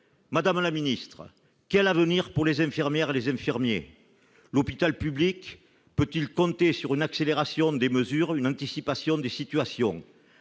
Madame la secrétaire d'État, quel avenir pour les infirmières et les infirmiers ? L'hôpital public peut-il compter sur une accélération des mesures et une anticipation des situations ?